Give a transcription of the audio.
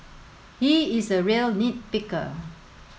he is a real nit picker